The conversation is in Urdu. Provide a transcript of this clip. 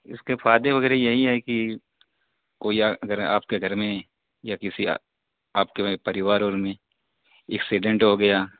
اس کے فائدے وغیرہ یہی ہیں کہ کوئی اگر آپ کے گھر میں یا کسی آپ کے وہی پریوار وار میں اکسیڈنٹ ہو گیا